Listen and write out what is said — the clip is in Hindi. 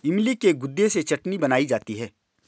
इमली के गुदे से चटनी बनाई जाती है